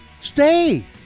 Stay